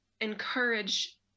encourage